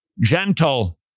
gentle